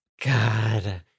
God